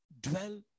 dwell